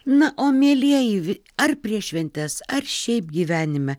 na o mielieji vi ar prieš šventes ar šiaip gyvenime